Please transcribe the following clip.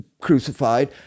crucified